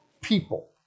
people